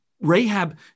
Rahab